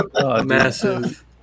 Massive